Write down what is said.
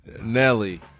Nelly